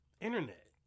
internet